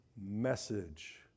message